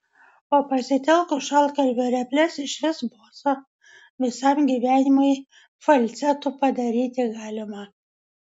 o pasitelkus šaltkalvio reples išvis bosą visam gyvenimui falcetu padaryti galima